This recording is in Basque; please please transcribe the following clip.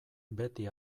beti